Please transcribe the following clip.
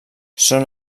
són